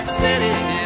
city